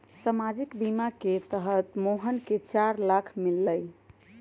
सामाजिक बीमा के तहत मोहन के चार लाख मिललई